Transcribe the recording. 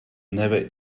never